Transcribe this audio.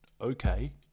okay